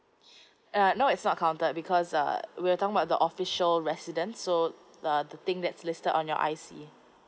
uh no it's not counted because uh we're talking about the official residence so uh the thing that's listed on your I C